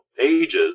ages